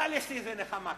אבל, יש לי נחמה קטנה,